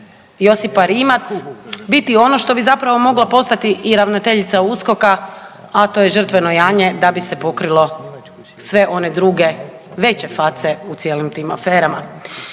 Josipa Rimac biti ono što bi zapravo mogla postati i ravnateljica USKOK-a, a to je žrtveno janje da bi se pokrilo sve one druge veće face u cijelim tim aferama.